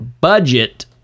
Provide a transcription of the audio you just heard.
budget